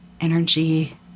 energy